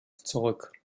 zurück